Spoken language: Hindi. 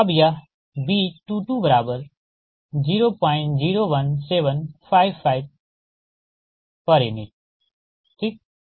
तो अब यहB22001755 pu ठीक